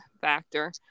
factor